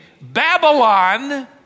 Babylon